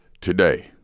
today